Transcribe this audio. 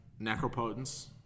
Necropotence